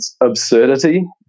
absurdity